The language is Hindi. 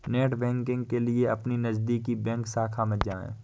नेटबैंकिंग के लिए अपने नजदीकी बैंक शाखा में जाए